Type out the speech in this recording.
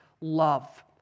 love